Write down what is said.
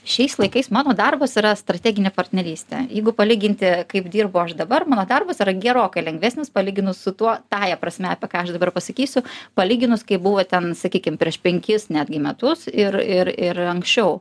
šiais laikais mano darbas yra strateginė partnerystė jeigu palyginti kaip dirbu aš dabar darbas yra gerokai lengvesnis palyginus su tuo tąja prasme apie ką aš dabar pasakysiu palyginus kaip buvo ten sakykim prieš penkis netgi metus ir ir ir anksčiau